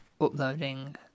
uploading